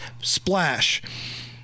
splash